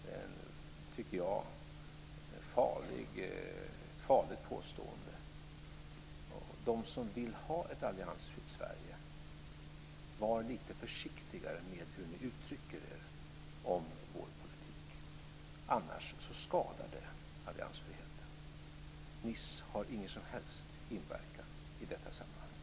Jag tycker att det är ett farligt påstående som görs. Ni som vill ha ett alliansfritt Sverige, var lite försiktigare med hur ni uttrycker er om vår politik, annars skadar det alliansfriheten. Det som hände i Nice har ingen som helst inverkan i detta sammanhang.